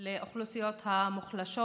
לאוכלוסיות המוחלשות.